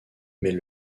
mais